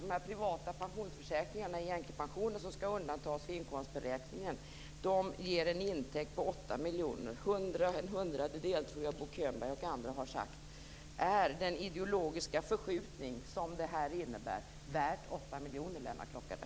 De privata pensionsförsäkringarna i änkepensionen som skall undantas vid inkomstberäkningen ger en intäkt på 8 miljoner kronor. En hundradedel har Bo Könberg och andra sagt. Är den ideologiska förskjutning som detta innebär värd 8 miljoner kronor, Lennart Klockare?